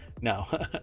No